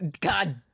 God